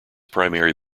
primary